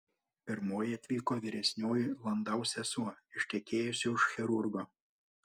pirmoji atvyko vyresnioji landau sesuo ištekėjusi už chirurgo